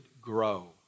grow